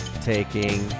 taking